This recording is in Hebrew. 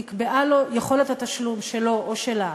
נקבעה לו יכולת התשלום שלו או שלה,